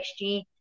XG